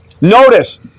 Notice